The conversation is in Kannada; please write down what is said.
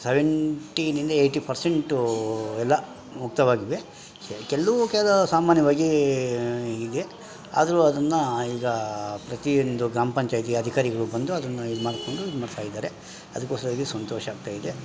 ಸೆವೆಂಟಿಯಿಂದ ಎಯ್ಟಿ ಪರ್ಸೆಂಟು ಎಲ್ಲ ಮುಕ್ತವಾಗಿವೆ ಕೆಲವು ಕೆಲ ಸಾಮಾನ್ಯವಾಗಿ ಇದೆ ಆಡ್ರೂ ಅದನ್ನು ಈಗ ಪ್ರತಿಯೊಂದು ಗ್ರಾಮಪಂಚಾಯ್ತಿ ಅಧಿಕಾರಿಗಳು ಬಂದು ಅದನ್ನು ಇದು ಮಾಡಿಕೊಂಡು ಇದು ಮಾಡ್ತಾ ಇದ್ದಾರೆ ಅದಕ್ಕೊಸ್ಕರವಾಗಿ ಸಂತೋಷ ಆಗ್ತಾ ಇದೆ